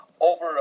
over